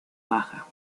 baja